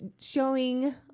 showing